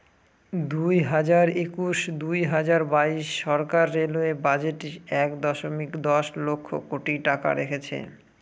দুই হাজার একুশ দুই হাজার বাইশ সরকার রেলওয়ে বাজেটে এক দশমিক দশ লক্ষ কোটি টাকা রেখেছে